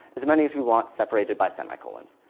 as many as we want, separated by semicolons.